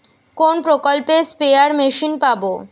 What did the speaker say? কোন প্রকল্পে spare machine পাব?